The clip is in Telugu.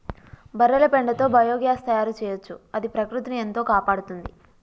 బర్రెల పెండతో బయోగ్యాస్ తయారు చేయొచ్చు అది ప్రకృతిని ఎంతో కాపాడుతుంది